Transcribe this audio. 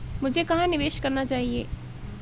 मुझे कहां निवेश करना चाहिए?